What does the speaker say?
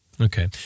Okay